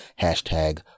hashtag